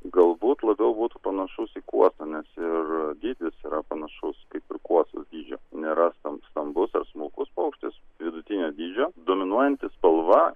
galbūt labiau būtų panašus į kuosą nes ir dydis yra panašus kaip ir kuosos dydžio nėra stam stambus ar smulkus paukštis vidutinio dydžio dominuojanti spalva